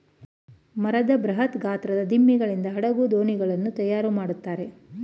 ಮರದ ಬೃಹತ್ ಗಾತ್ರದ ದಿಮ್ಮಿಗಳಿಂದ ಹಡಗು, ದೋಣಿಗಳನ್ನು ತಯಾರು ಮಾಡುತ್ತಾರೆ